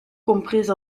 comprise